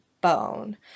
Bone